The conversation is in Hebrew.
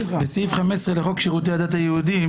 בסעיף 15 לחוק שירותי הדת היהודיים